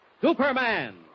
Superman